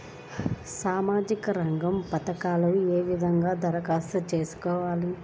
సామాజిక రంగ పథకాలకీ ఏ విధంగా ధరఖాస్తు చేయాలి?